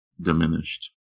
diminished